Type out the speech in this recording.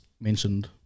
mentioned